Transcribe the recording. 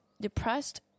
depressed